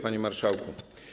Panie Marszałku!